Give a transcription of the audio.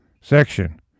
section